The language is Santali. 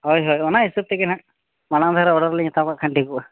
ᱦᱳᱭ ᱦᱳᱭ ᱚᱱᱟ ᱦᱤᱥᱟᱹᱵ ᱛᱮᱜᱮ ᱱᱟᱦᱟᱜ ᱢᱟᱲᱟᱝ ᱫᱷᱟᱨᱟ ᱳᱰᱟᱨ ᱞᱤᱧ ᱦᱟᱛᱟᱣ ᱠᱟᱜ ᱠᱷᱟᱱ ᱴᱷᱤᱠᱚᱜᱼᱟ